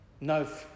No